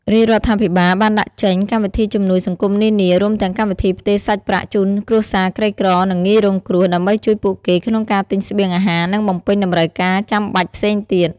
រាជរដ្ឋាភិបាលបានដាក់ចេញកម្មវិធីជំនួយសង្គមនានា រួមទាំងកម្មវិធីផ្ទេរសាច់ប្រាក់ជូនគ្រួសារក្រីក្រ និងងាយរងគ្រោះ ដើម្បីជួយពួកគេក្នុងការទិញស្បៀងអាហារ និងបំពេញតម្រូវការចាំបាច់ផ្សេងទៀត។